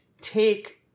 take